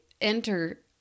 enter